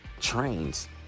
trains